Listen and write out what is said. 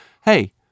hey